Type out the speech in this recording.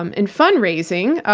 um in fundraising,